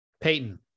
Payton